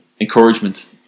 encouragement